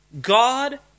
God